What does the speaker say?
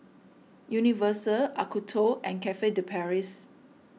Universal Acuto and Cafe De Paris